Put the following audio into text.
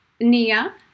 Nia